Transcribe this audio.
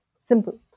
Simple